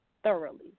Thoroughly